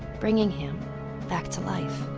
bringing him back to life.